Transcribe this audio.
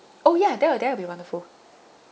orh ya that will that will be wonderful